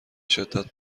شدت